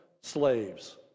slaves